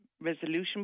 Resolution